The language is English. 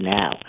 now